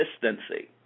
consistency